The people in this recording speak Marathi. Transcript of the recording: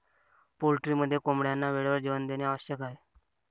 पोल्ट्रीमध्ये कोंबड्यांना वेळेवर जेवण देणे आवश्यक आहे